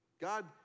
God